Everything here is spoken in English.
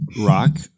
rock